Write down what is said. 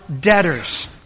debtors